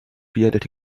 reality